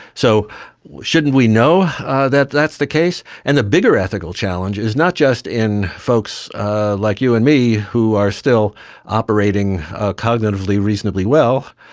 so shouldn't we know that that's the case? and the bigger ethical challenge is not just in folks like you and me who are still operating cognitively reasonably well,